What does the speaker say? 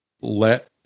let